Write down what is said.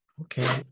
Okay